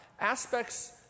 aspects